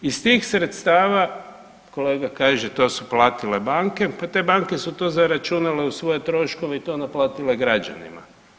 Iz tih sredstava, kolega kaže pa to su platile banke, pa te banke su to zaračunale u svoje troškove i to naplatile građanima.